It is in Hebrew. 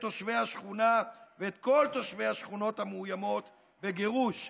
את תושבי השכונה ואת כל תושבי השכונות המאוימות בגירוש.